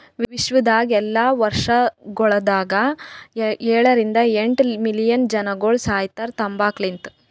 ವಿಶ್ವದಾಗ್ ಎಲ್ಲಾ ವರ್ಷಗೊಳದಾಗ ಏಳ ರಿಂದ ಎಂಟ್ ಮಿಲಿಯನ್ ಜನಗೊಳ್ ಸಾಯಿತಾರ್ ತಂಬಾಕು ಲಿಂತ್